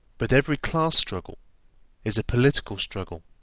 but every class struggle is a political struggle.